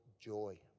joy